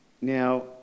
Now